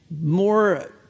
more